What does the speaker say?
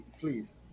please